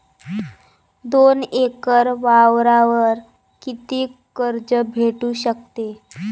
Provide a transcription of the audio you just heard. दोन एकर वावरावर कितीक कर्ज भेटू शकते?